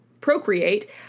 procreate